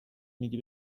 میدی